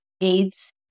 aids